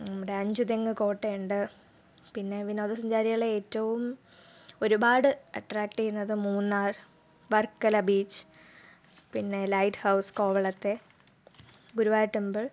നമ്മുടെ അഞ്ചുതെങ്ങ് കോട്ടയുണ്ട് പിന്നെ വിനോദ സഞ്ചാരികളെ ഏറ്റവും ഒരുപാട് അട്രാക്ട് ചെയ്യുന്നത് മൂന്നാർ വർക്കല ബീച്ച് പിന്നെ ലൈറ്റ് ഹൗസ് കോവളത്തെ ഗുരുവായൂർ ടെമ്പിൾ